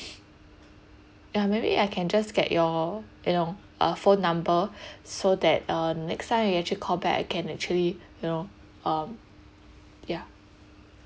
ya maybe I can just get your you know uh phone number so that uh next time you can actually call back I can actually you know mm yeah